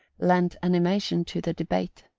lent animation to the debate.